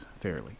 fairly